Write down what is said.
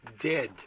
dead